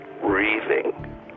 breathing